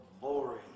boring